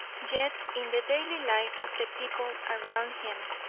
yet in the daily life of the people around him,